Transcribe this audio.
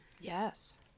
Yes